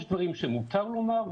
יש דברים שמותר לומר,